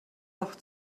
doch